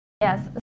Yes